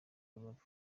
rubavu